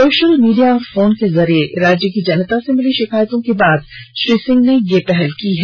social media और phone के जरिये राज्य की जनता से मिली शिकायतों के बाद श्री सिंह ने यह पहल की है